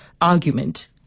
argument